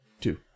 two